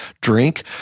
drink